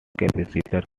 capacitors